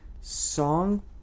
song